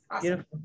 beautiful